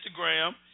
Instagram